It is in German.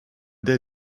der